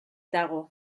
dago